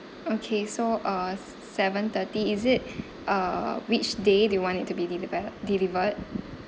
okay so uh s~ seven thirty is it uh which day do you want it to be deliver delivered